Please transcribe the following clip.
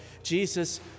Jesus